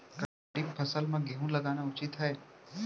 का खरीफ फसल म गेहूँ लगाना उचित है?